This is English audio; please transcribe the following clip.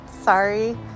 sorry